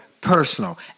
personal